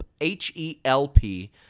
H-E-L-P